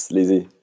Lizzie